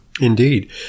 Indeed